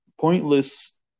pointless